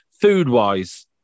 food-wise